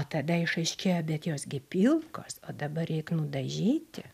tada išaiškėjo bet jos gi pilkos o dabar reik nudažyti